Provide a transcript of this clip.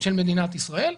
של במדינת ישראל,